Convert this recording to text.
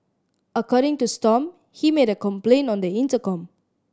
according to Stomp he made a complaint on the intercom